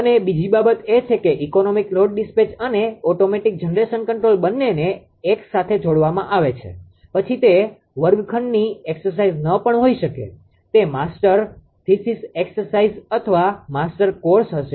અને બીજી બાબત એ છે કે ઇકોનોમિક લોડ ડિસ્પેચ અને ઓટોમેટીક જનરેશન કંટ્રોલ બંનેને એક સાથે જોડવામાં આવે છે પછી તે વર્ગખંડની એક્સરસાઇઝ ન પણ હોઈ શકે તે માસ્ટર થિસિસ એક્સરસાઇઝ અથવા માસ્ટર કોર્સ હશે